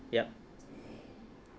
yup